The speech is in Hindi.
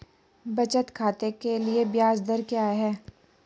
बचत खाते के लिए ब्याज दर क्या है?